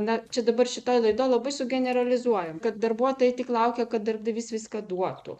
na čia dabar šitoj laidoj labai sugeneralizuojam kad darbuotojai tik laukia kad darbdavys viską duotų